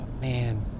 Man